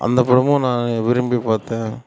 அந்த படமும் நான் விரும்பி பார்த்தேன்